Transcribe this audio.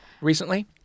recently